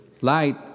light